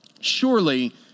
Surely